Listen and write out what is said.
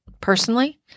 Personally